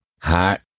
hot